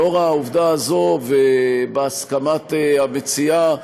לאור העובדה הזו ובהסכמת המציעה,